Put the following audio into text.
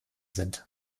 sind